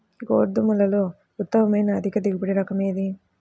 గోధుమలలో ఉత్తమమైన అధిక దిగుబడి రకం ఏది?